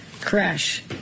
crash